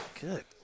good